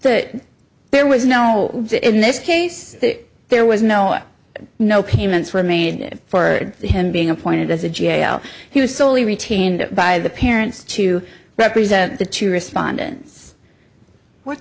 o there was no in this case there was no way no payments were made for him being appointed as a jail he was solely retained by the parents to represent the two respondents what